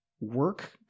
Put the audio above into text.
work